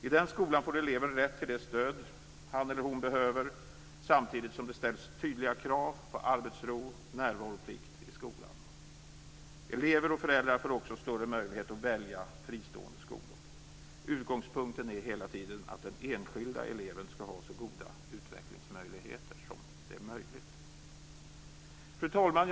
I den skolan får eleven rätt till det stöd som han eller hon behöver, samtidigt som det ställs tydliga krav på arbetsro och närvaroplikt i skolan. Elever och föräldrar får också större möjlighet att välja fristående skolor. Utgångspunkten är hela tiden att den enskilda eleven skall ha så goda utvecklingsmöjligheter som möjligt. Fru talman!